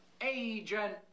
Agent